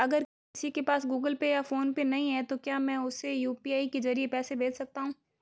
अगर किसी के पास गूगल पे या फोनपे नहीं है तो क्या मैं उसे यू.पी.आई के ज़रिए पैसे भेज सकता हूं?